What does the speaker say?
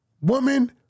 Woman